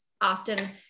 often